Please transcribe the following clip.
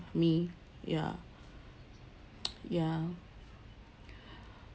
me ya ya